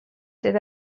that